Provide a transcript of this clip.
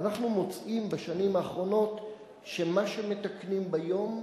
ואנחנו מוצאים בשנים האחרונות שמה שמתקנים ביום,